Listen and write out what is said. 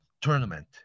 tournament